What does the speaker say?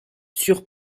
sur